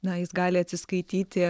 na jis gali atsiskaityti